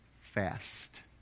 fast